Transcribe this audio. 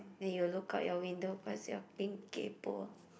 then you look out your window cause you're being kaypo